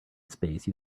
space